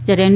જ્યારે એન